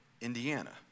Indiana